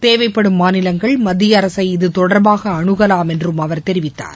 தேவைப்படும் மாநிலங்கள் மத்திய அரசை இதுதொடர்பாக அனுகலாம் என்று அவர் தெரிவித்தார்